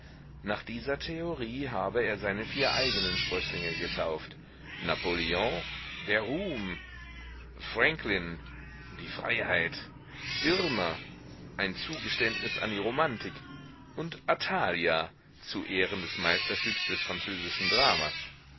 nach dieser theorie habe er seine vier eigenen sprößlinge getauft napoleon der ruhm franklin die freiheit irma ein zugeständnis an die romantik und athalia zu ehren des meisterstücks des französischen dramas